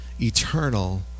eternal